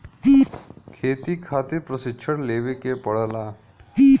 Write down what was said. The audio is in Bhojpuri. खेती खातिर प्रशिक्षण लेवे के पड़ला